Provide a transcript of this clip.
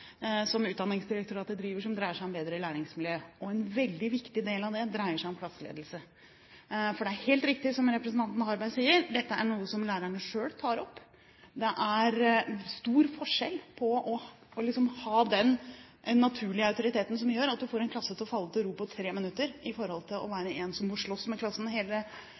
Utdanningsdirektoratet som dreier seg om bedre læringsmiljø. En veldig viktig del av det dreier seg om klasseledelse. For det er helt riktig, som representanten Harberg sier, at dette er noe som lærerne selv tar opp. Det er stor forskjell på å ha en naturlig autoritet som gjør at man får en klasse til å falle til ro på tre minutter, i forhold til å være en som må slåss med klassen hele